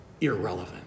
irrelevant